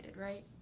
right